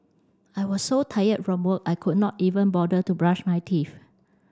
I was so tired from work I could not even bother to brush my teeth